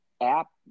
app